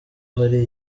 hari